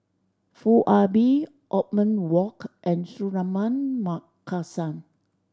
Foo Ah Bee Othman Wok and Suratman Markasan